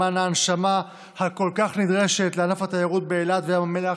למען ההנשמה הכל-כך נדרשת לענף התיירות באילת וים המלח,